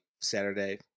Saturday